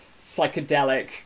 psychedelic